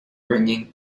ringing